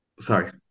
sorry